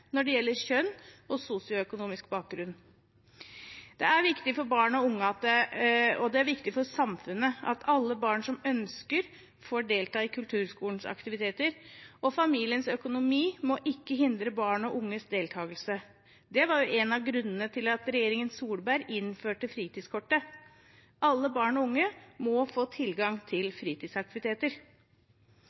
når det gjelder kjønn og sosioøkonomisk bakgrunn. Det er viktig for barn og unge, og det er viktig for samfunnet at alle barn som ønsker det, får delta i kulturskolens aktiviteter, og familiens økonomi må ikke hindre barn og unges deltakelse. Det var en av grunnene til at regjeringen Solberg innførte fritidskortet. Alle barn og unge må få tilgang til fritidsaktiviteter.